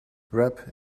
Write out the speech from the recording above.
rap